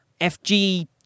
FG